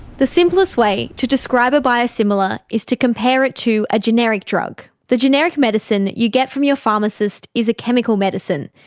the simplest way to describe a biosimilar is to compare it to a generic drug. the generic medicine that you get from your pharmacist is a chemical medicine,